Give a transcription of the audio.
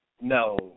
No